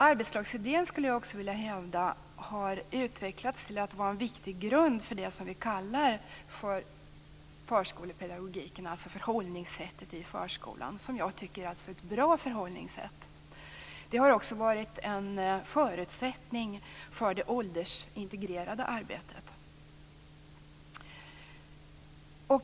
Arbetslagsidén har också, skulle jag vilja hävda, utvecklats till att bli en viktig grund för det som vi kallar för förskolepedagogiken, alltså förhållningssättet i förskolan, som jag tycker är ett bra förhållningssätt. Den har också varit en förutsättning för det åldersintegrerade arbetet.